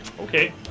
Okay